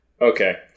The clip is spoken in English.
Okay